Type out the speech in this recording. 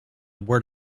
word